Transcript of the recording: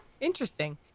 interesting